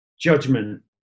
judgment